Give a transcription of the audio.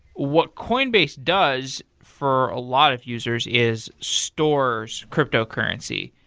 what coinbase does for a lot of users is store cryptocurrency,